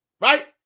right